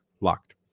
LOCKED